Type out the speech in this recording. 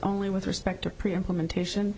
only with respect to pre employment ation